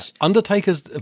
Undertaker's